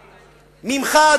ממך,